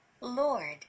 Lord